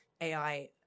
AI